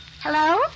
Hello